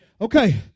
okay